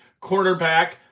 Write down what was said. cornerback